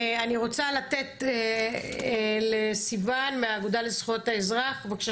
אני רוצה לתת לסיון מהאגודה לזכויות האזרח בבקשה